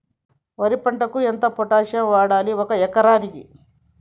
వరి పంటకు ఎంత పొటాషియం వాడాలి ఒక ఎకరానికి?